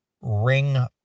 ring